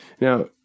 Now